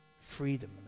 freedom